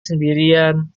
sendirian